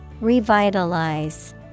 Revitalize